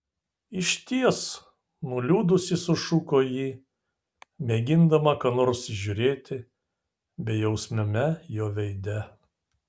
išties nuliūdusi sušuko ji mėgindama ką nors įžiūrėti bejausmiame jo veide